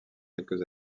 quelques